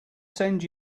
send